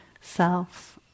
self